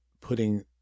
putting